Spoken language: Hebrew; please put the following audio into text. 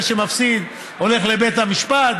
זה שמפסיד הולך לבית המשפט,